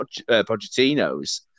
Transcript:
Pochettino's